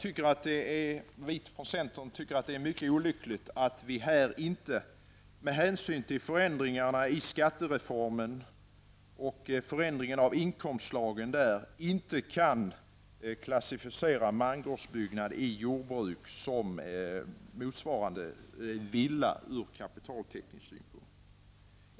Vi i centern tycker att det är mycket olyckligt att det inte är möjligt, med hänsyn till förändringarna i skattereformen och förändringen av inkomstlagen, att klassificera mangårdsbyggnad i jordbruk på samma sätt som en villa från kapitaltäckningssynpunkt.